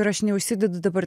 ir aš neužsidedu dabar